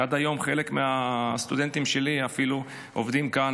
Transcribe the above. עד היום חלק מהסטודנטים שלי אפילו עובדים כאן,